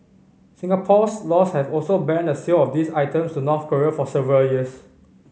Singapore's laws have also banned the sale of these items to North Korea for several years